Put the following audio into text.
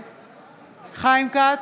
נגד חיים כץ,